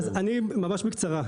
ממש בקצרה.